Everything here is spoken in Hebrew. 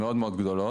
מאוד מאוד גדולות.